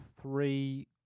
three